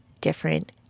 different